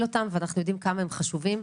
אותם ואנחנו יודעים כמה הם חשובים.